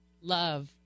love